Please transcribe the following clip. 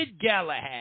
Galahad